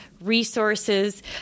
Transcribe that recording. resources